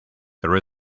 there